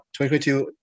2022